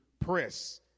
press